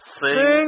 sing